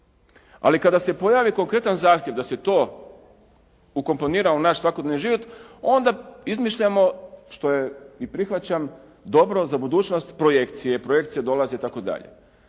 Ali kada se pojavi konkretan zahtjev da se to ukomponira u naš svakodnevni život onda izmišljamo što je i prihvaćam dobro za budućnost projekcije. Projekcije dolaze itd.